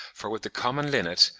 for with the common linnet,